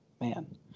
man